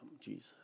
Jesus